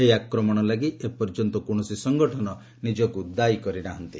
ଏହି ଆକ୍ରମଣ ଲାଗି ଏପର୍ଯ୍ୟନ୍ତ କୌଣସି ସଂଗଠନ ନିଜକୁ ଦାୟୀ କରି ନାହାନ୍ତି